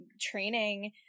training